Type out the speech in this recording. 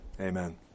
Amen